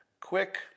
quick